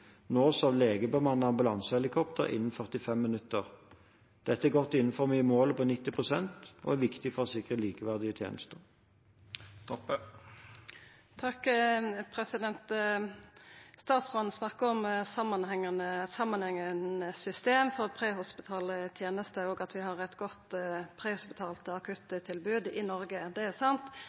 nås av legebemannet ambulansehelikopter innen 45 minutter. Dette er godt innenfor målet på 90 pst. og er viktig for å sikre likeverdige tjenester. Statsråden snakkar om samanhengande system for prehospitale tenester, og at vi har eit godt prehospitalt akuttilbod i Noreg. Det er sant,